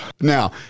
Now